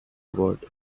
word